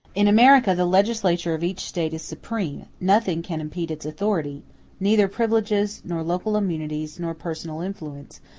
in america the legislature of each state is supreme nothing can impede its authority neither privileges, nor local immunities, nor personal influence,